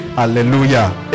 hallelujah